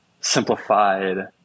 simplified